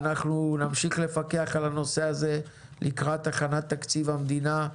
אנחנו נמשיך לפקח על הנושא הזה לקראת הכנת תקציב המדינה.